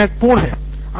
यह काफी महत्वपूर्ण है